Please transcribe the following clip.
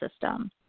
system